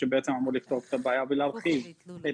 שבעצם אמור לפתור את הבעיה ולהרחיב את